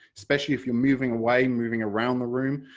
especially if you're moving away, moving around the room,